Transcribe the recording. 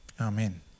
Amen